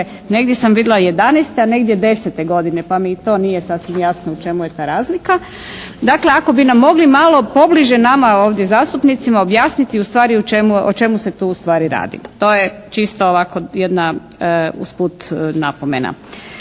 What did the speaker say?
negdje sam vidjela 2010., pa mi i to nije sasvim jasno u čemu je ta razlika? Dakle, ako bi nam mogli malo pobliže nama ovdje zastupnicima objasniti ustvari o čemu se tu ustvari radi? To je čisto ovako jedna uz put napomena.